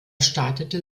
startete